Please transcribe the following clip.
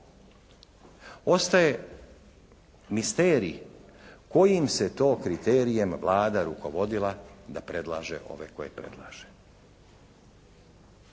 Ostaje misterij kojim se to kriterijem Vlada rukovodila da predlaže ove koje predlaže.